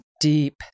deep